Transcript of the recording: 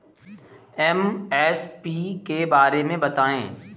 MSP के बारे में बतायें?